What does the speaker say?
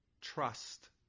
trust